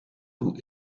koe